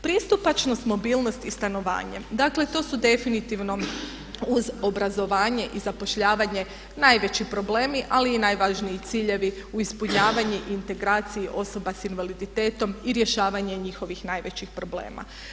Pristupačnost, mobilnost i stanovanje, dakle to su definitivno uz obrazovanje i zapošljavanje najveći problemi ali i najvažniji ciljevi u ispunjavanju i integraciji osoba s invaliditetom i rješavanje njihovih najvećih problema.